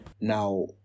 Now